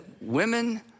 women